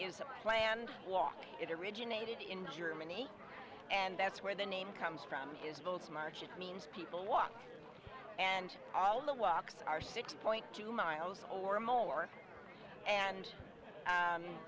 walked it originated in germany and that's where the name comes from is march it means people walk and all the walks are six point two miles or more and